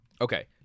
Okay